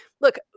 look